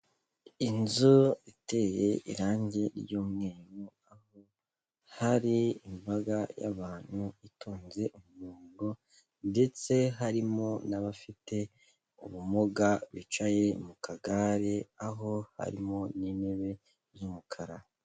Inzu iteye irangi ry'umweru, aho hari imbaga y'abantu itonze umurongo, ndetse harimo n'abafite ubumuga bicaye mu kagare, aho harimo n'intebe z'umukara.